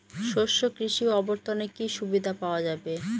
শস্য কৃষি অবর্তনে কি সুবিধা পাওয়া যাবে?